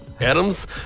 Adam's